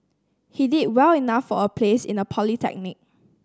he did well enough for a place in a polytechnic